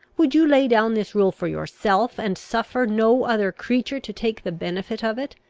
would you lay down this rule for yourself, and suffer no other creature to take the benefit of it?